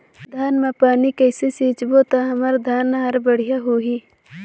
धान मा पानी कइसे सिंचबो ता हमर धन हर बढ़िया होही?